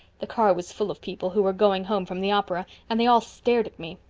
the car was full of people, who were going home from the opera, and they all stared at me,